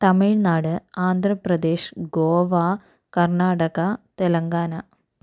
Tamil Nadu Andhra Pradesh Goa Karnataka Telangana